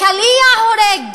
הקליע הורג.